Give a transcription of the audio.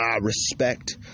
respect